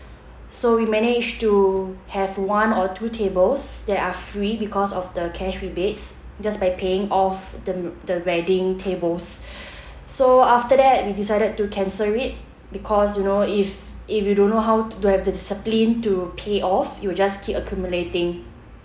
so we managed to have one or two tables that are free because of the cash rebates just by paying off the the wedding tables so after that we decided to cancel it because you know if if you don't know how to have the discipline to pay off it will just keep accumulating